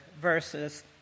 versus